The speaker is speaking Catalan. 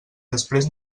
després